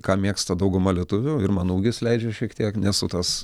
ką mėgsta dauguma lietuvių ir mano ūgis leidžia šiek tiek nesu tas